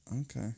Okay